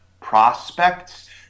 prospects